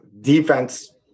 defense